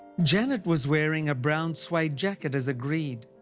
janet was wearing a brown suede jacket as agreed.